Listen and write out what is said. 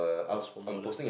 a home owner